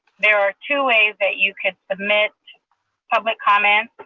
there are two ways that you submit public comments.